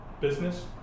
business